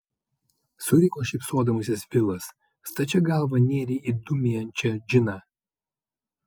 suriko šypsodamasis vilas stačia galva nėrei į dūmijančią džiną